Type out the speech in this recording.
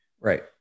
Right